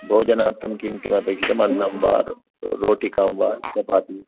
भोजनार्थं किं किं अपेक्षितम् अन्नं वा रोटिकां वा चपाति